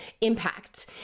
impact